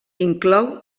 inclou